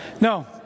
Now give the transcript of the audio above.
No